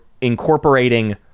incorporating